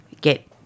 get